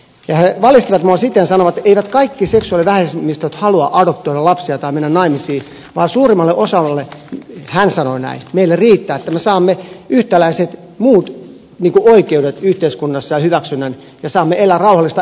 ja he valistivat minua sitten ja sanoivat että eivät kaikki seksuaalivähemmistöihin kuuluvat halua adoptoida lapsia tai mennä naimisiin vaan suurimmalle osalle meistä hän sanoi näin riittää että me saamme yhtäläiset muut oikeudet yhteiskunnassa saamme hyväksynnän ja saamme elää rauhallista elämää